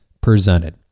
presented